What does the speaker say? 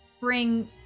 bring